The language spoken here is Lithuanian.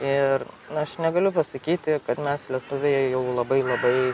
ir aš negaliu pasakyti kad mes lietuviai jau labai labai